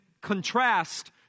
contrast